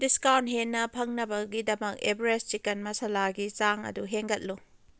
discount ꯍꯦꯟꯅ ꯐꯪꯅꯕꯒꯤꯗꯃꯛ ꯑꯦꯕꯔꯦꯁ ꯆꯤꯀꯟ ꯃꯥꯁꯥꯂꯥꯒꯤ ꯆꯥꯡ ꯑꯗꯨ ꯍꯦꯟꯒꯠꯂꯨ